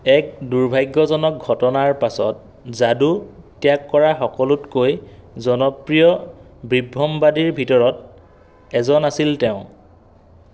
এক দুৰ্ভাগ্যজনক ঘটনাৰ পিছত যাদু ত্যাগ কৰা সকলোতকৈ জনপ্ৰিয় বিভ্ৰমবাদীৰ ভিতৰত এজন আছিল তেওঁ